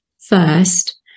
first